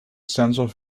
sensor